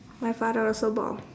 my father also bald